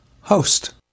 host